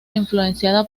influenciada